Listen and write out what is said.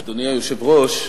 אדוני היושב-ראש,